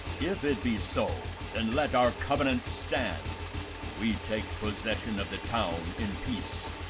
if it be so, then let our covenant stand we take possession of the town in peace,